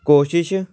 ਕੋਸ਼ਿਸ਼